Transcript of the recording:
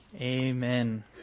Amen